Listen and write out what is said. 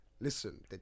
Listen